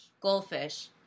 Goldfish